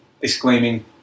exclaiming